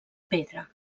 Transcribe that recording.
pedra